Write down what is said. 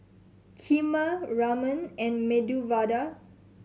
Kheema Ramen and Medu Vada